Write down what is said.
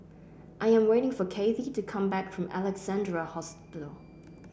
I am waiting for Cathy to come back from Alexandra Hospital